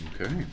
Okay